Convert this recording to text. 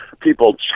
people